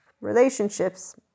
relationships